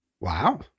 Wow